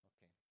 Okay